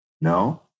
no